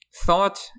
Thought